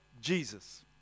Jesus